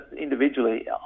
individually